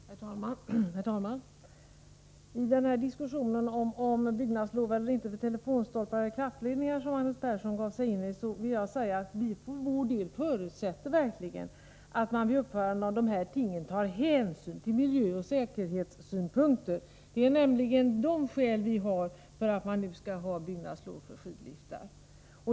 Herr talman! I den här diskussionen om byggnadslov eller inte när det gäller telefonstolpar och kraftledningar, som Magnus Persson gav sig in i, vill jag säga att vi för vår del verkligen förutsätter att man vid uppförande av de här tingen tar hänsyn till miljöoch säkerhetssynpunkter. Det är nämligen sådana skäl vi har för att man nu skall kräva byggnadslov för skidliftar.